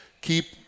keep